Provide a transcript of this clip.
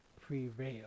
prevail